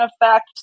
effect